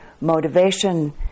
motivation